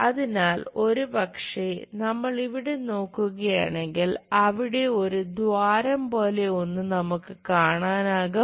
അതിനാൽ ഒരുപക്ഷേ നമ്മൾ ഇവിടെ നോക്കുകയാണെങ്കിൽ അവിടെ ഒരു ദ്വാരം പോലെ ഒന്ന് നമുക്ക് കാണാനാകും